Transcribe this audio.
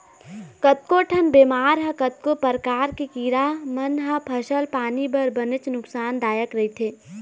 कतको ठन बेमारी ह कतको परकार के कीरा मन ह फसल पानी बर बनेच नुकसान दायक रहिथे